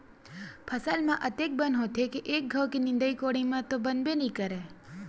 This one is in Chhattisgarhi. फसल म अतेक बन होथे के एक घांव के निंदई कोड़ई म तो बनबे नइ करय